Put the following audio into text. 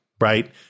right